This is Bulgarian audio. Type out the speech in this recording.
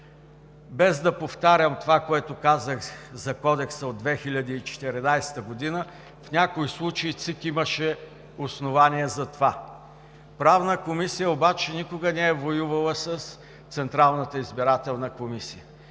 Без да повтарям това, което казах за Кодекса от 2014 г., в някои случаи ЦИК имаше основание за това. Правната комисия, обаче никога не е воювала с